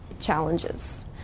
challenges